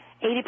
Eighty